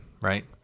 right